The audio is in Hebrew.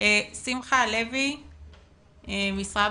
שמחה לוי ממשרד